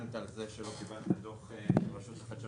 הלנת על זה שלא קיבלת דוח מודפס מרשות החדשנות.